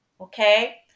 Okay